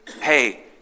hey